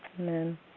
Amen